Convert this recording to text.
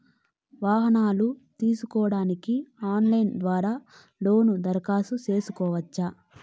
వాహనాలు తీసుకోడానికి ఆన్లైన్ ద్వారా లోను దరఖాస్తు సేసుకోవచ్చా?